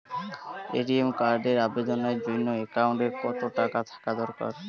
ATM কার্ডের আবেদনের জন্য অ্যাকাউন্টে কতো টাকা থাকা দরকার?